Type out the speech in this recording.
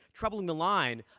troubling the line,